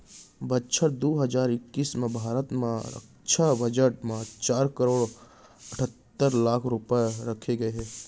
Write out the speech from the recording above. बछर दू हजार इक्कीस म भारत के रक्छा बजट म चार करोड़ अठत्तर लाख रूपया रखे गए हे